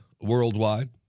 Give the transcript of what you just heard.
worldwide